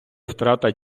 втрата